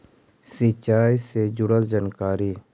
सिंचाई से जुड़ल जानकारी?